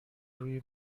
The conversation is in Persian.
روی